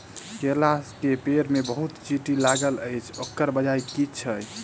केला केँ पेड़ मे बहुत चींटी लागल अछि, ओकर बजय की छै?